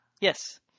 Yes